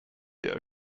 der